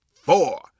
four